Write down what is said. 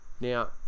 now